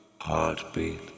Heartbeat